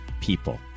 people